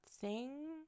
sing